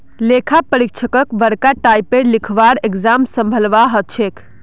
लेखा परीक्षकक बरका टाइपेर लिखवार एग्जाम संभलवा हछेक